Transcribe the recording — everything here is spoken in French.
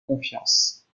confiance